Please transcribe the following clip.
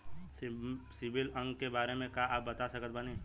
CIBIL अंक के बारे मे का आप बता सकत बानी?